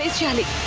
ah journey.